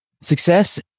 Success